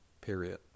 period